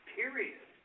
period